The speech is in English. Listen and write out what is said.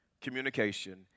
communication